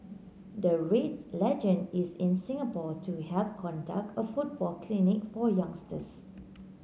the Reds legend is in Singapore to help conduct a football clinic for youngsters